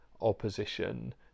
opposition